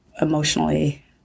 emotionally